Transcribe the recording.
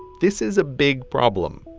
this is a big problem.